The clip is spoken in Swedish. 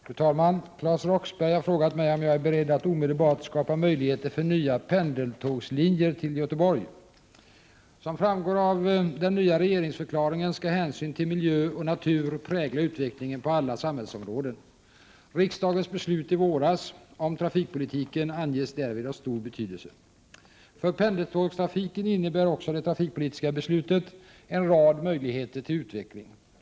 Fru talman! Claes Roxbergh har frågat mig om jag är beredd att omedelbart skapa möjligheter för nya pendeltågslinjer till Göteborg. Som framgår av den nya regeringsförklaringen skall hänsyn till miljö och natur prägla utvecklingen på alla samhällsområden. Riksdagens beslut i våras om trafikpolitiken anges därvid ha stor betydelse. För pendeltågstrafiken innebär också det trafikpolitiska beslutet en rad möjligheter till utveckling.